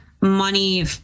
money